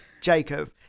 Jacob